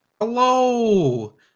Hello